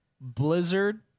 Blizzard